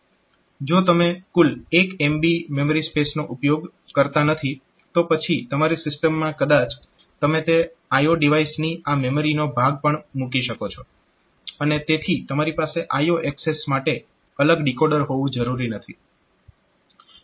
જો તમે કુલ 1 MB મેમરી સ્પેસનો ઉપયોગ કરતા નથી તો પછી તમારી સિસ્ટમમાં કદાચ તમે તે IO ડિવાઇસની આ મેમરીનો ભાગ પણ મૂકી શકો છો અને તેથી તમારી પાસે IO એક્સેસ માટે અલગ ડીકોડર હોવું જરૂરી નથી